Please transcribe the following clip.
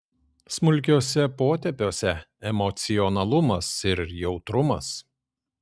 smulkiuose potėpiuose emocionalumas ir jautrumas